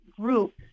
group